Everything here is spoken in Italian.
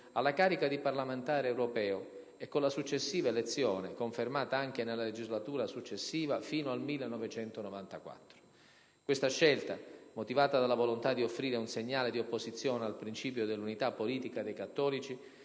alla carica di parlamentare europeo, e con la successiva elezione, confermata anche nella legislatura successiva, fino al 1994. Questa scelta, motivata dalla volontà di offrire un segnale di opposizione al principio dell'unità politica dei cattolici,